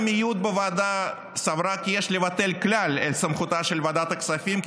משנדרשה ועדת פריש להביע את עמדתה בנוגע לסמכות הניתנת לוועדת הכספים,